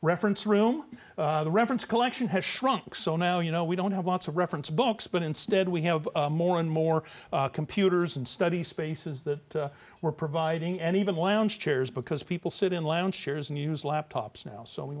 reference room the reference collection has shrunk so now you know we don't have lots of reference books but instead we have more and more computers and study spaces that we're providing and even lounge chairs because people sit in lounge chairs and use laptops now so we